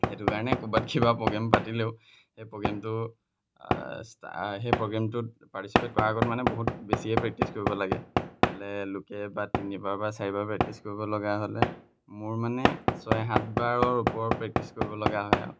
সেইটো কাৰণে ক'ৰবাত কিবা প্ৰগ্ৰেম পাতিলেও সেই প্ৰগ্ৰেমটো ষ্ট সেই প্ৰগ্ৰেমটোত পাৰ্টিচিপেট কৰা আগত মানে বহুত বেছিয়ে প্ৰেক্টিছ কৰিব লাগে বোলে লোকে বা তিনিবাৰ বা চাৰিবাৰ প্ৰেক্টিছ কৰিব লগা হ'লে মোৰ মানে ছয় সাতবাৰৰ ওপৰ প্ৰেক্টিছ কৰিব লগা হয় আৰু